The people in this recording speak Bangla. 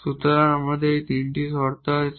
সুতরাং আমাদের এই তিনটি শর্ত আছে